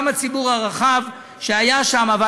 והיה גם כל הציבור הרחב שהיה שם.